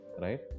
right